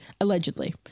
allegedly